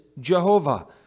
Jehovah